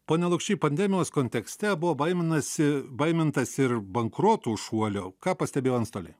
pone lukšy pandemijos kontekste buvo baiminasi baimintasi ir bankrotų šuolio ką pastebėjo antstoliai